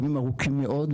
ימים ארוכים מאוד,